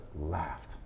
laughed